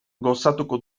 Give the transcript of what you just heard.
gozatuko